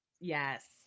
yes